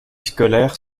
scolaires